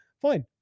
Fine